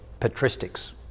patristics